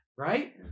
Right